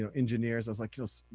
so engineers, i was like, you know so